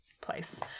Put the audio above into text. place